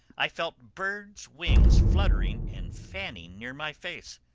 i felt birds' wings fluttering and fanning near my face.